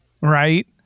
right